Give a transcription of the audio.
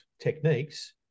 techniques